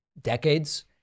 decades